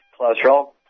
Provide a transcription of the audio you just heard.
cholesterol